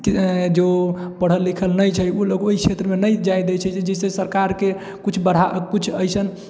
जो पढ़ल लिखल नहि छै ओ लोग ओहि क्षेत्रमे नहि जाए दै छै जैसे सरकारके किछु बढ़ावा किछु ऐसन